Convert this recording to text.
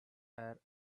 air